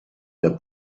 der